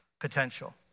potential